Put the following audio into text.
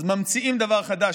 אז ממציאים דבר חדש,